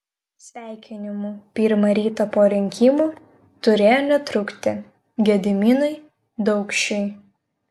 sveikinimų pirmą rytą po rinkimų turėjo netrūkti gediminui daukšiui